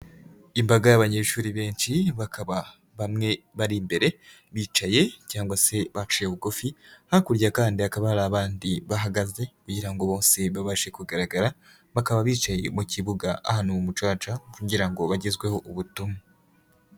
Imbaga y'abanyeshuri benshi bakaba bamwe bari imbere bicaye cyangwa se baciye bugufi. Hakurya kandi hakaba hari abandi bahagaze kugira ngo bose babashe kugaragara. Bakaba bicaye mu kibuga ahantu mu mucaca kugira ngo bagezweho ubutumwa.